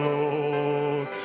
Lord